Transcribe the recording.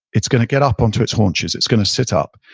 it's going to get up onto its haunches, it's going to set up,